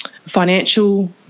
financial